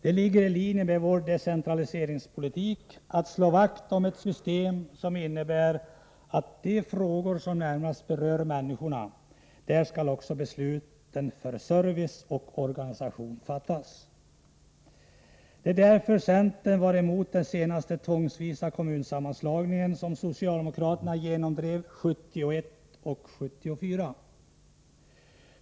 Det ligger i linje med vår decentraliseringspolitik att slå vakt om ett system som innebär att i de frågor som närmast berör människorna — och dit hör service och organisation — skall besluten också fattas nära människorna. Det var därför centern var emot de senaste tvångsvisa kommunsammanslagningarna, som socialdemokraterna genomdrev 1971 och 1974.